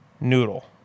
noodle